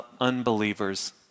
unbelievers